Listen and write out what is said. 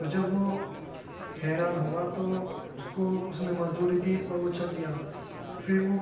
تو جب وہ حیران ہوا تو اس کو اس نے مزدوری دی اور وہ چل دیا پھر وہ